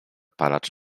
palacz